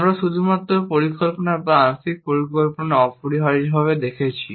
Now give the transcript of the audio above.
আমরা শুধুমাত্র পরিকল্পনা বা আংশিক পরিকল্পনা অপরিহার্যভাবে দেখছি